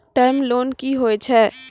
Term loan कि होय छै?